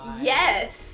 Yes